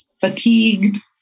fatigued